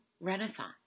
renaissance